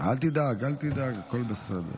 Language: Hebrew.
תודה רבה.